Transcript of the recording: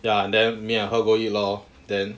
ya and then me and her go eat lor then